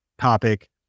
topic